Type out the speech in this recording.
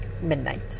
midnight